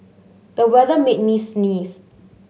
the weather made me sneeze